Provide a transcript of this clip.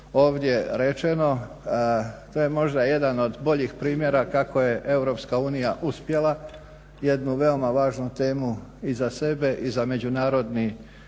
ovdje rečeno to je možda jedan od boljih primjera kako je EU uspjela jednu veoma važnu temu i za sebe i za međunarodni